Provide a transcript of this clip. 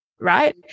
right